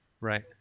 right